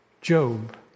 Job